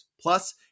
Plus